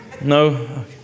No